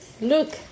Look